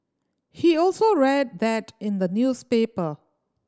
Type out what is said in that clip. he also read that in the newspaper